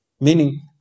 Meaning